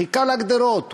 חיכה על הגדרות,